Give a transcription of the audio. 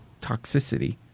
toxicity